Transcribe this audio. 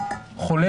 שחולה,